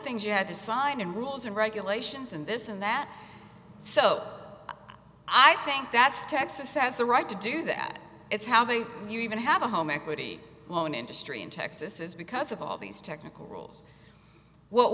things you had to sign and rules and regulations and this and that so i think that's texas has the right to do that it's how they even have a home equity loan industry in texas is because of all these technical rules what